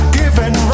given